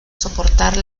soportar